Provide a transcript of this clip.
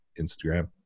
instagram